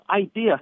idea